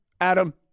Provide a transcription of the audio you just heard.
adam